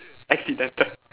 accidental